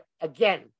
again